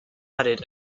added